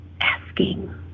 Asking